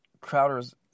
Crowder's